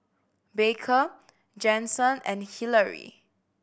Baker Jensen and Hillary